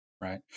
Right